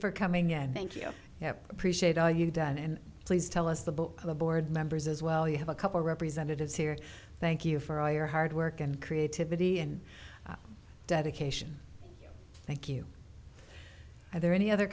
for coming and thank you appreciate all you've done and please tell us the book club board members as well you have a couple representatives here thank you for all your hard work and creativity and dedication thank you are there any other